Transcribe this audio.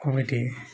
committee